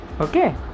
okay